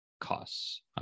costs